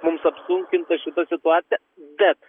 mums apsunkinta šita situacija bet